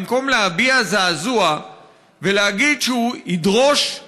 במקום להביע זעזוע ולהגיד שהוא ידרוש את